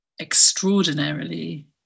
extraordinarily